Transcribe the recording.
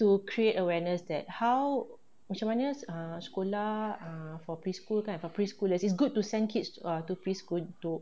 to create awareness that how macam mana ah sekolah ah for preschool kan for preschoolers it's good to send kids err to preschool to